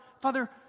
Father